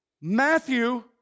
Matthew